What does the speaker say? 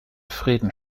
frieden